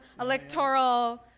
electoral